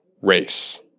race